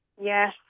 Yes